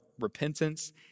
repentance